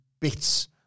bits